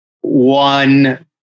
one